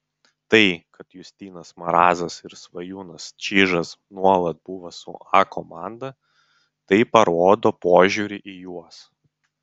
tai kad justinas marazas ir svajūnas čyžas nuolat buvo su a komanda tai parodo požiūrį į juos